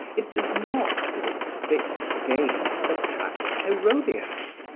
it does not, with its fixed gaze, attract herodias,